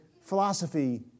philosophy